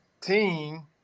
team